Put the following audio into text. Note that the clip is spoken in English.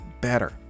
better